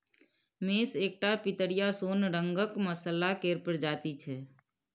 मेस एकटा पितरिया सोन रंगक मसल्ला केर प्रजाति छै